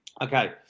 Okay